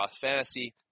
fantasy